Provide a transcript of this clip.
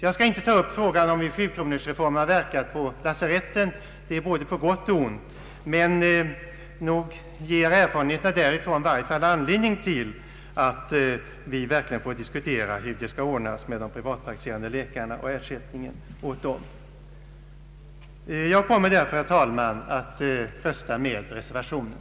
Jag skall inte ta upp frågan om hur 7-kronorsreformen har verkat på lasaretten — det är på både gott och ont — men nog ger erfarenheterna därifrån anledning till att vi får diskutera hur det skall ordnas med de privatpraktiserande läkarna och ersättningen åt dem. Jag kommer därför, herr talman, att rösta på reservationen.